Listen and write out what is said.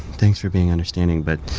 thanks for being understanding, but